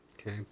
Okay